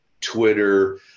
Twitter